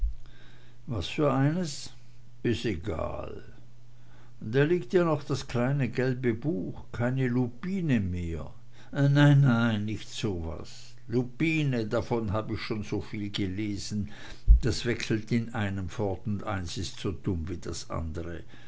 was für eines is egal da liegt ja noch das kleine gelbe buch keine lupine mehr nein nein nicht so was lupine davon hab ich schon soviel gelesen das wechselt in einem fort und eins ist so dumm wie das andre